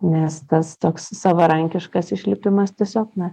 nes tas toks savarankiškas išlipimas tiesiog na